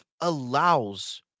allows